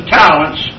talents